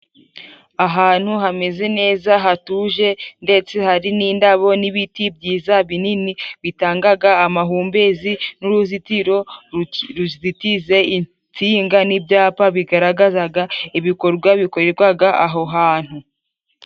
Ahantu hameze neza hatuje ndetse hari n'indabo n'ibiti byiza binini bitangaga amahumbezi n'uruzitiro ruzitije insinga n'ibyapa bigaragazaga ibikorwa bikorerwaga aho hantu.